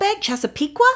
Chesapeake